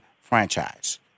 franchise